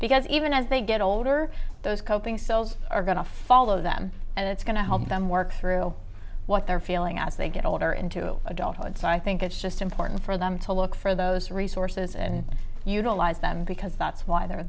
because even as they get older those coping cells are going to follow them and it's going to help them work through what they're feeling as they get older into adulthood so i think it's just important for them to look for those resources and utilize them because that's why they're